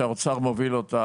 שאותה מעביר האוצר,